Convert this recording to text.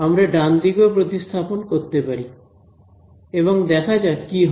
আমরা ডানদিকেও প্রতিস্থাপন করতে পারি এবং দেখা যাক কি হয়